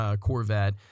Corvette